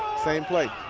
same play.